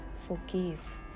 forgive